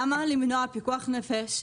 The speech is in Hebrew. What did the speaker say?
למה למנוע פיקוח נפש?